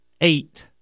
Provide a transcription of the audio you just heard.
eight